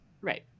Right